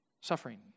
suffering